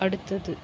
அடுத்தது